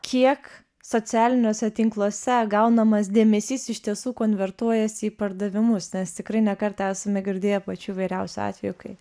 kiek socialiniuose tinkluose gaunamas dėmesys iš tiesų konvertuojasi į pardavimus nes tikrai ne kartą esame girdėję pačių įvairiausių atvejų kai